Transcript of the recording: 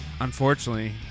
unfortunately